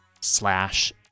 slash